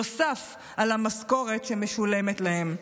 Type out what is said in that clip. נוסף על המשכורת שמשולמת להם.